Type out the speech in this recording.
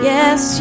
Yes